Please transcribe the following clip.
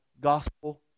Gospel